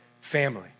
family